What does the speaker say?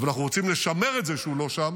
אבל אנחנו רוצים לשמר את זה שהוא לא שם